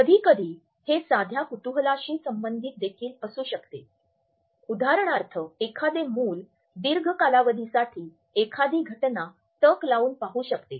कधीकधी हे साध्या कुतूहलशी संबंधित देखील असू शकते उदाहरणार्थ एखादे मूल दीर्घ कालावधीसाठी एखादी घटना टक लावून पाहू शकते